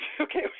Okay